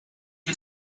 was